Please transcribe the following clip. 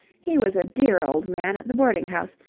he was a dear old man at the boarding-house,